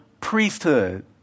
priesthood